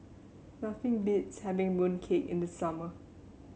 nothing beats having mooncake in the summer